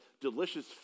delicious